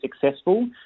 successful